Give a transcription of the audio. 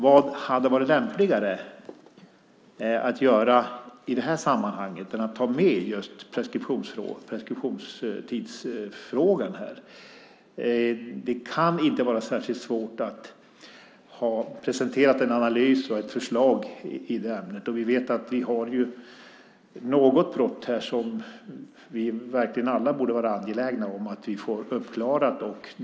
Vad hade varit lämpligare att göra i det här sammanhanget än att ta med just preskriptionstidsfrågan? Det kan inte vara särskilt svårt att presentera en analys och ett förslag i det ämnet. Vi vet att det finns något brott här som vi alla verkligen borde vara angelägna om att vi får uppklarat.